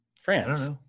France